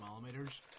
millimeters